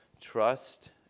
Trust